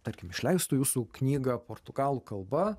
tarkim išleistų jūsų knygą portugalų kalba